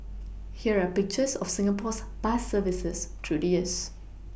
here are pictures of Singapore's bus services through the years